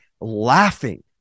laughing